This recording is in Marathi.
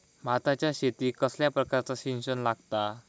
भाताच्या शेतीक कसल्या प्रकारचा सिंचन लागता?